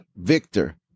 Victor